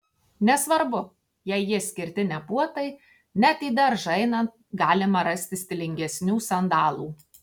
nesvarbu jei jie skirti ne puotai net į daržą einant galima rasti stilingesnių sandalų